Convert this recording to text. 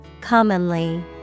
Commonly